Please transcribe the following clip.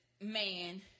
man